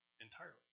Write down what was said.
entirely